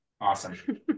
Awesome